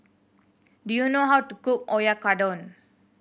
do you know how to cook Oyakodon